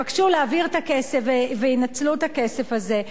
יבקשו להעביר את הכסף וינצלו את הכסף זה.